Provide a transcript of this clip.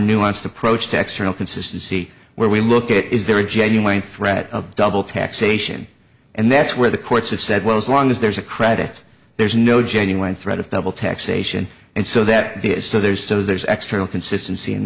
nuanced approach to external consistency where we look at is there a genuine threat of double taxation and that's where the courts have said well as long as there's a credit there's no genuine threat of double taxation and so that is so there's so there's extra consistency in